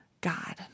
God